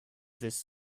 this